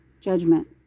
judgment